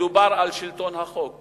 מדובר על שלטון החוק,